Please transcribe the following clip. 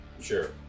Sure